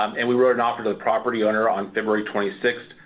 um and we wrote an offer to the property owner on february twenty six,